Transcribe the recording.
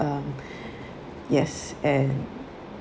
um yes and